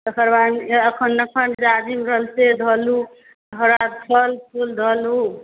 तकर बाद अपन अपन जाजीम रहल से धोलहुँ फल फूल धोलहुँ